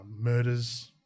murders